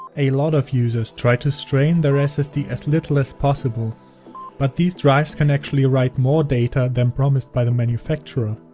a lot of users try to strain their ssd as little as possible but these drives can actually write more data than promised by the manufacturer.